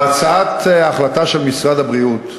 בהצעת ההחלטה של משרד הבריאות,